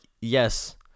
yes